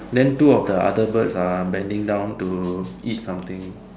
then two of the other birds are bending down to eat something